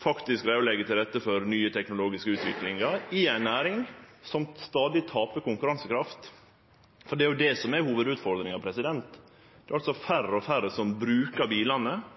vil vi òg leggje til rette for ny teknologisk utvikling i ei næring som stadig taper konkurransekraft. For det er jo det som er hovudutfordringa: Det er færre og færre som brukar bilane.